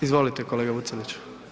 Izvolite kolega Vucelić.